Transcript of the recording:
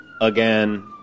Again